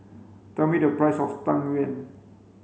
tell me the price of tang yuen